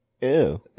ew